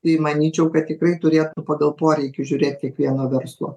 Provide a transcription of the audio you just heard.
tai manyčiau kad tikrai turėtų pagal poreikį žiūrėti kiekvieno verslo